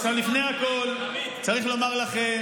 לפני הכול צריך לומר לכם,